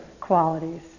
qualities